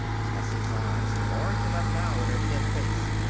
tessie's eyes, large enough now in her thin face,